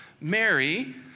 Mary